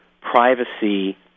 privacy